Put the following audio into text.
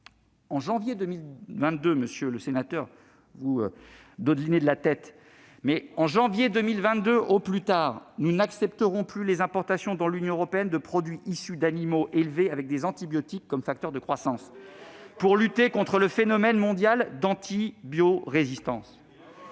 En janvier 2022 au plus tard, monsieur Duplomb, nous n'accepterons plus les importations dans l'Union européenne de produits issus d'animaux élevés avec des antibiotiques comme facteur de croissance pour lutter contre le phénomène mondial d'antibiorésistance.